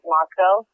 Moscow